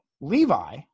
Levi